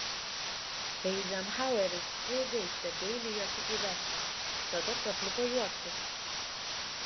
eizenhaueris ilgai stebeilijosi į vestą tada prapliupo juoktis